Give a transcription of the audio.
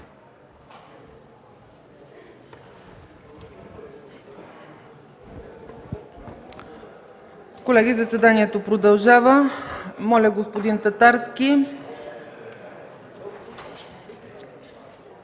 Колеги, заседанието продължава. Господин Татарски,